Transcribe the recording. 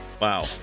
wow